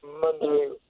Monday